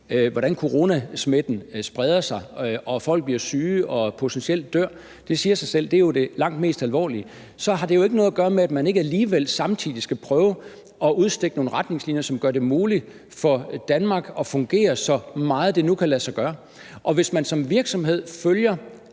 hvordan coronasmitten spreder sig, og at folk bliver syge og potentielt dør – det siger sig selv, at det er det mest alvorlige – så har det jo ikke noget at gøre med, at man ikke alligevel samtidig skal prøve at udstikke nogle retningslinjer, som gør det muligt for Danmark at fungere så meget, det nu kan lade sig gøre. Og hvis man som virksomhed følger